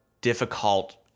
difficult